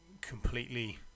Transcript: completely